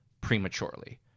prematurely